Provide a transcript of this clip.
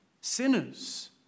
sinners